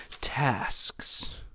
tasks